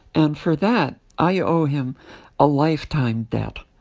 and for that, i owe him a lifetime debt.